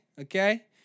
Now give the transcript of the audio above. Okay